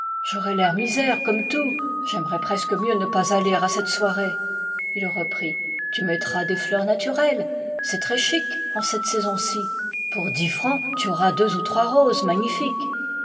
j'aurai l'air misère comme tout j'aimerais presque mieux ne pas aller à cette soirée il reprit tu mettras des fleurs naturelles c'est très chic en cette saison ci pour dix francs tu auras deux ou trois roses magnifiques